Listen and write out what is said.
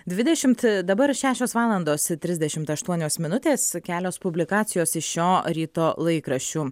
dvidešimt dabar šešios valandos trisdešimt aštuonios minutės kelios publikacijos iš šio ryto laikraščių